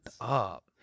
up